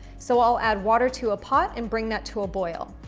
so i'll add water to a pot and bring that to a boil.